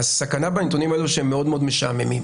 הסכנה בנתונים האלו היא שהם מאד-מאד משעממים